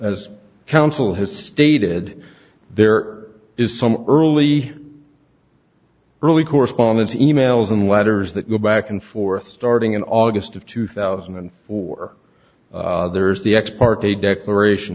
as counsel has stated there is some early early correspondence e mails and letters that go back and forth starting in august of two thousand and four there's the ex parte declaration